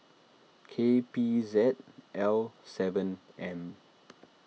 K P Z L seven M